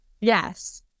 yes